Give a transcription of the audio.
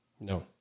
No